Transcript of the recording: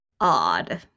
odd